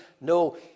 No